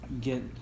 Get